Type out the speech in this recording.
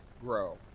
grow